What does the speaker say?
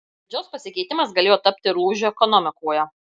valdžios pasikeitimas galėjo tapti ir lūžiu ekonomikoje